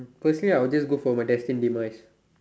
firstly I will just go for my destined demise